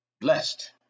Blessed